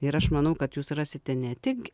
ir aš manau kad jūs rasite ne tik